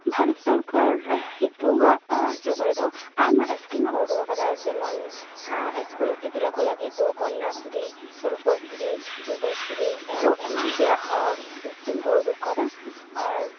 ᱵᱷᱟᱨᱚᱛ ᱥᱚᱨᱠᱟᱨ ᱱᱤᱛᱚᱜᱼᱟᱜ ᱡᱩᱜᱽ ᱨᱮᱫᱚ ᱟᱭᱢᱟ ᱤᱥᱠᱤᱢ ᱼᱮ ᱩᱰᱩᱠ ᱟᱠᱟᱫᱟ ᱡᱮᱢᱚᱱ ᱤᱥᱠᱩᱞ ᱜᱤᱫᱽᱨᱟᱹᱠᱚ ᱞᱟᱹᱜᱤᱫ ᱫᱚ ᱠᱚᱱᱱᱟᱥᱨᱤ ᱨᱩᱯᱚᱥᱨᱤ ᱡᱩᱵᱚᱥᱨᱤ ᱟᱨᱚ ᱮᱢᱟᱱ ᱛᱮᱭᱟᱜ ᱤᱥᱠᱤᱢ ᱠᱚᱭ ᱩᱰᱩᱠ ᱟᱠᱟᱫᱟ ᱟᱨ